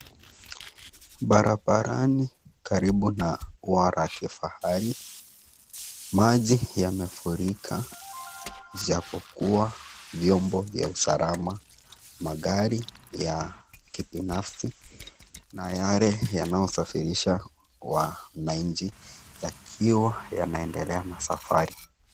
Barabarani karibu na ua wa kifahari, maji yamefurika ijapokuwa vyombo vya usalama, magari ya kibinafsi na yale yanayosafirisha wananchi yakiwa yanaendelea na safari.